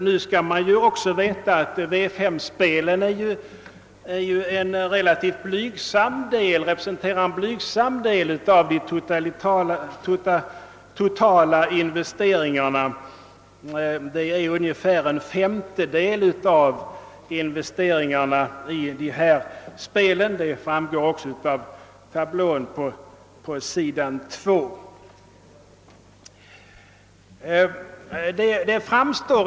Nu bör det också sägas, att V 5-spelet representerar en relativt blygsam del, ungefär en femtedel, av den totala omsättningen på travoch galopptävlingar — det framgår av tablån.